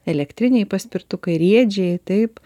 elektriniai paspirtukai riedžiai taip